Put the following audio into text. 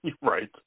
Right